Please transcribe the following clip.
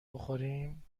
بخوریم